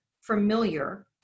familiar